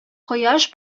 кояш